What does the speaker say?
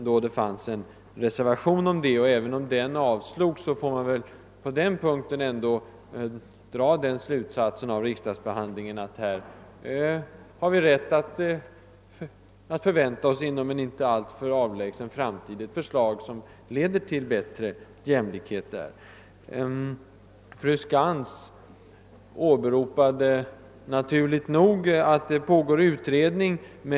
Då fanns det en reservation om detta, och även om den avslogs får man väl ändå dra den slutsatsen av riksdagsbehandlingen, att vi inom en inte alltför avlägsen framtid har rätt att vänta ett förslag som leder till bättre jämlikhet på detta område. Fru Skantz åberopade, naturligt nog, alt det pågår en utredning.